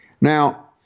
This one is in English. Now